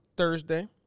Thursday